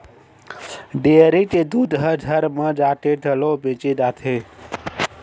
dairy के दूद ह घर घर म जाके घलो बेचे जाथे